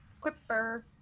quipper